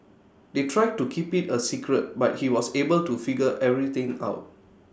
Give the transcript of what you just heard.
they tried to keep IT A secret but he was able to figure everything out